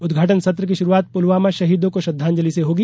उद्घाटन सत्र की शुरूआत पुलवामा शहीदों को श्रृद्वांजलि से होगी